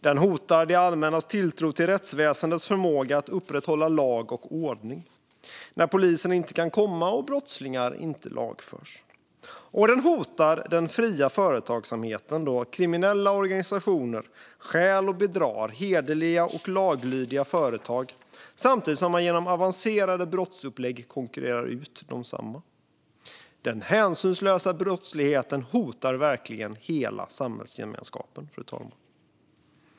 Den hotar det allmännas tilltro till rättsväsendets förmåga att upprätthålla lag och ordning när polisen inte kan komma och brottslingarna inte lagförs. Den hotar den fria företagsamheten då kriminella organisationer stjäl och bedrar hederliga och laglydiga företag samtidigt som man genom avancerade brottsupplägg konkurrerar ut desamma. Den hänsynslösa brottsligheten hotar verkligen hela samhällsgemenskapen, fru talman.